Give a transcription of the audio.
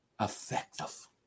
Effective